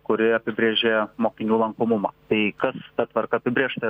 kuri apibrėžė mokinių lankomumą tai kas ta tvarka apibrėžta